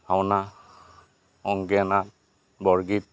Bhaona Ankiya Naat Borgeet